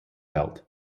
belt